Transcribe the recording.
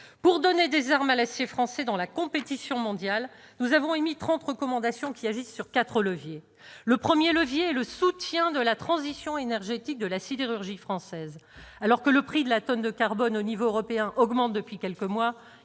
Pour donner des armes à l'acier français dans la compétition mondiale, nous avons formulé trente recommandations, qui agissent sur quatre leviers. Le premier est le soutien de la transition énergétique à la sidérurgie française. Alors que le prix de la tonne de carbone à l'échelon européen augmente depuis quelques mois,